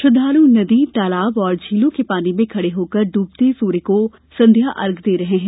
श्रद्धालु नदी तालाब और झीलों के पानी में खड़े होकर डूबते सूर्य को संध्या अर्घ्य दे रहे हैं